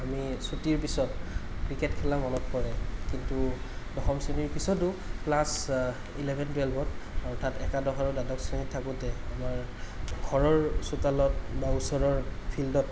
আমি চুটীৰ পিছত ক্ৰিকেট খেলা মনত পৰে কিন্তু দশম শ্ৰেণীৰ পিছতো ক্লাছ ইলেভেন টুৱেলভত অৰ্থাৎ একাদশ আৰু দ্বাদশ শ্ৰেণীত থাকোঁতে আমাৰ ঘৰৰ চোতালত বা ওচৰৰ ফিল্ডত